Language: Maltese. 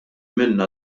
minnha